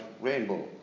rainbow